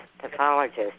pathologist